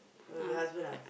oh your husband ah